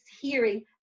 hearing